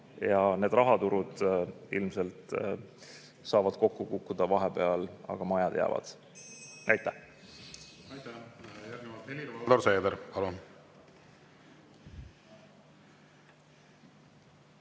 Ja need rahaturud ilmselt saavad kokku kukkuda vahepeal, aga majad jäävad. Aitäh!